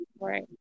Right